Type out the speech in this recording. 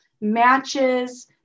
matches